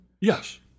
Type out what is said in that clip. Yes